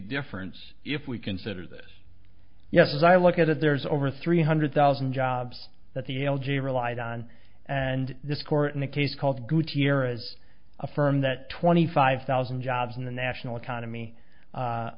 difference if we consider this yes as i look at it there's over three hundred thousand jobs that the l g relied on and this court in a case called gutierrez affirmed that twenty five thousand jobs in the national economy